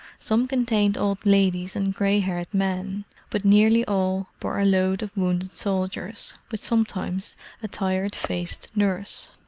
some contained old ladies and grey-haired men but nearly all bore a load of wounded soldiers, with sometimes a tired-faced nurse.